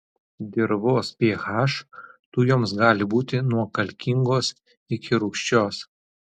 dirvos ph tujoms gali būti nuo kalkingos iki rūgščios